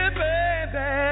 baby